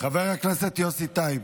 חבר הכנסת יוסי טייב,